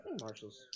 Marshall's